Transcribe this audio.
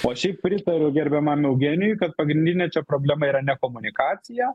o šiaip pritariu gerbiamam eugenijui kad pagrindinė čia problema yra ne komunikacija